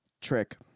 Trick